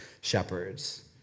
shepherds